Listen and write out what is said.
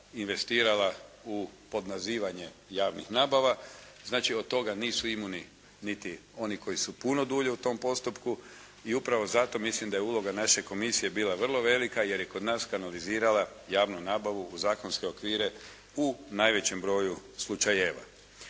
u podmazivanje javnih nabava. Znači, od toga nisu imuni niti oni koji su puno dulje u tom postupku. I upravo zato mislim da je uloga naše komisije bila vrlo velika jer je kod nas kanalizirala javnu nabavu u zakonske okvire u najvećem broju slučajeva.